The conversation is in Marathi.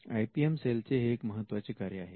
आय पी एम सेलचे हे एक महत्त्वाचे कार्य आहे